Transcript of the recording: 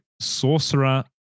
Sorcerer